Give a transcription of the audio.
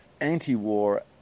anti-war